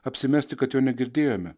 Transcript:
apsimesti kad jo negirdėjome